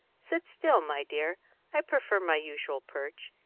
sit still, my dear i prefer my usual perch.